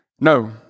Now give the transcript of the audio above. No